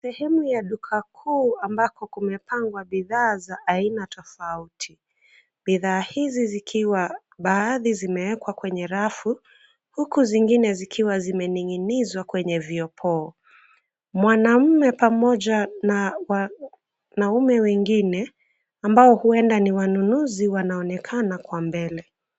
Sehemu ya duka kuu ambako kumepangwa bidhaa za aina tofauti. Bidhaa hizi zikiwa baadhi zimewekwa kwenye rafu huku zingine zikiwa zimening'inizwa kwenye vyopoo. Mwanaume pamoja na wanaume wengine ambao huenda ni wanunuzi wanaonekana kwa mbele.